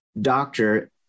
doctor